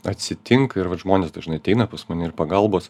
atsitinka ir vat žmonės dažnai ateina pas mane ir pagalbos